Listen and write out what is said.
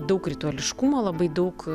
daug rituališkumo labai daug